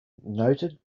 noted